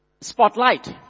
spotlight